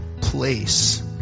place